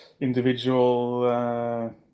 individual